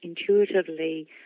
intuitively